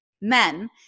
men